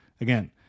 Again